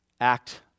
act